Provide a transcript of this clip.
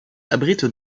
abrite